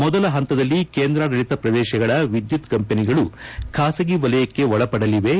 ಮೊದಲ ಹಂತದಲ್ಲಿ ಕೇಂದ್ರಾಡಳಿತ ಪ್ರದೇಶಗಳ ವಿದ್ಯುತ್ ಕಂಪನಿಗಳು ಖಾಸಗಿ ವಲಯಕ್ಕೆ ಒಳಪಡಲಿವೆ